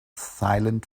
silent